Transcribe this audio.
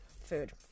Food